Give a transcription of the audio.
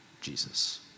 Jesus